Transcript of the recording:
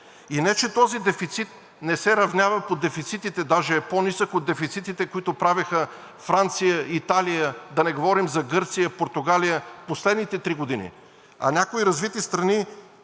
И не че този дефицит не се равнява по дефицитите – даже е по-нисък от дефицитите, които правиха Франция, Италия, да не говорим за Гърция, Португалия последните три години, а някои развити страни,